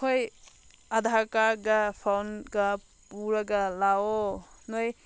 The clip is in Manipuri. ꯑꯩꯈꯣꯏ ꯑꯥꯙꯥꯔ ꯀꯥꯔꯠꯀ ꯐꯣꯟꯒ ꯄꯨꯔꯒ ꯂꯥꯛꯑꯣ ꯅꯣꯏ